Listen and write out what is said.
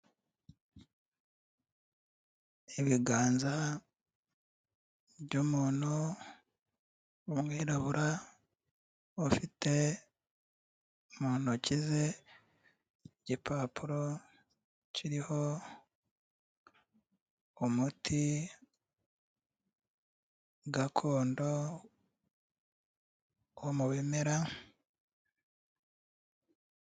Ibiganza by'umuntu w'umwirabura, ufite mu ntoki ze igipapuro kiriho umuti gakondo wo mu bimera.